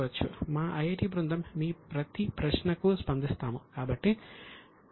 మా ఐఐటి బృందం మీ ప్రతి ప్రశ్నకు స్పందిస్తాము